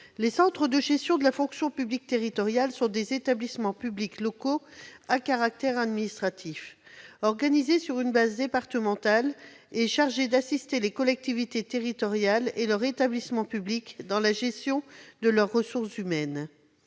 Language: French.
Les centres de gestion de la fonction publique territoriale sont des établissements publics locaux à caractère administratif. Organisés sur une base départementale, ils sont chargés d'assister les collectivités territoriales et leurs établissements publics dans la gestion de leurs ressources humaines.